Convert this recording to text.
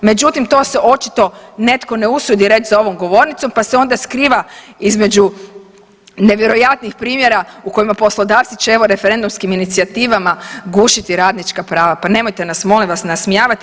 Međutim, to se očito netko ne usudi reć za ovom govornicom pa se onda skriva između nevjerojatnih primjera u kojima poslodavci će evo referendumskim inicijativama gušiti radnička prava, pa nemojte nas molim vas nasmijavati.